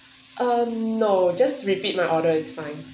um no just repeat my order is fine